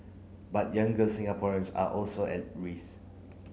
but younger Singaporeans are also at risk